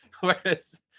Whereas